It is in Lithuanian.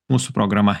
mūsų programa